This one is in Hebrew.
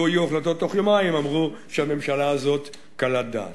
לו יהיו החלטות בתוך יומיים יאמרו שהממשלה הזאת קלת דעת.